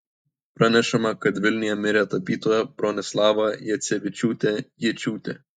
pranešama kad vilniuje mirė tapytoja bronislava jacevičiūtė jėčiūtė